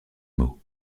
mot